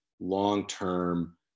long-term